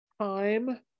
Time